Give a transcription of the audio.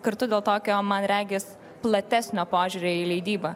kartu dėl tokio man regis platesnio požiūrio į leidybą